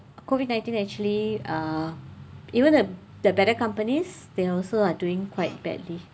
COVID nineteen actually they uh even the the better companies they also are doing quite badly